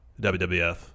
wwf